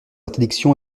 interdiction